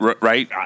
right